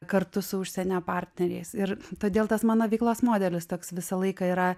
kartu su užsienio partneriais ir todėl tas mano veiklos modelis toks visą laiką yra